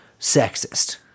sexist